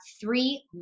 three